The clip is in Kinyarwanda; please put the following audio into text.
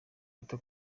wite